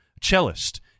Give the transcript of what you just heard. cellist